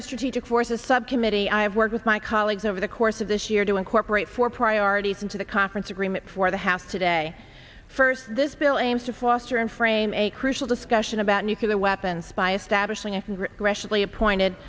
of strategic forces subcommittee i have worked with my colleagues over the course of this year to incorporate four priorities into the conference agreement for the house today first this bill aims to foster in frame a crucial discussion about nuclear weapons by establishing a rationally appointed